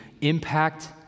impact